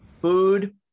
food